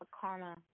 Karma